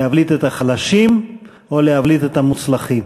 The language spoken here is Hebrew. להבליט את החלשים או להבליט את המוצלחים?